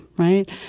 Right